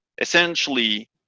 Essentially